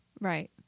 Right